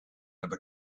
ever